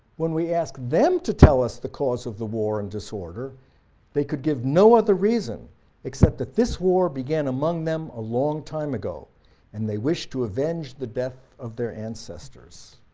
when we asked them to tell us the cause of the war and disorder they could give no other reason except that this war began among them a long time ago and they wish to avenge the death of their ancestors.